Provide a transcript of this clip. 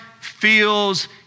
feels